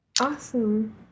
Awesome